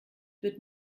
wird